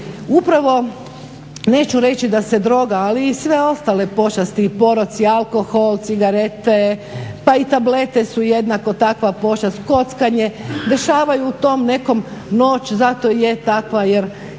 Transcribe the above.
Upravo, neću reći da se droga, ali i sve ostale pošasti i poroci, alkohol, cigarete, pa i tablete su jednako takva pošast, kockanje dešavaju u tom nekom noći, zato i je takva jer